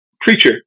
preacher